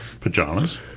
pajamas